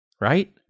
right